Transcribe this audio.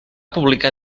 publicar